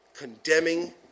condemning